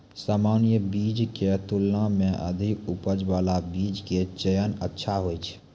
सामान्य बीज के तुलना मॅ अधिक उपज बाला बीज के चयन अच्छा होय छै